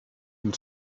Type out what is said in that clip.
and